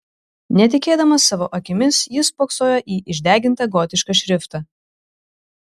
netikėdamas savo akimis jis spoksojo į išdegintą gotišką šriftą